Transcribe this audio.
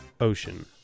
Ocean